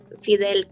Fidel